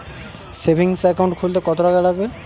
Savings account খুলতে কতটাকা লাগবে?